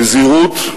בזהירות,